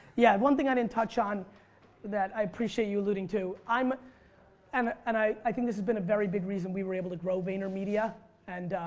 yeah, one thing i didn't touch on that i appreciate you alluding to. and and i i think this is been a very big reason we were able to grow vaynermedia and